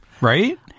right